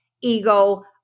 ego